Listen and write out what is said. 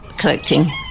collecting